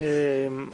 (הוראת שעה) (תיקון מס' 4),